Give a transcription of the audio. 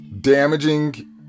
damaging